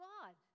God